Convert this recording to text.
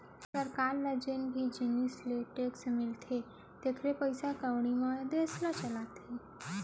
सरकार ल जेन भी जिनिस ले टेक्स मिलथे तेखरे पइसा कउड़ी म देस ल चलाथे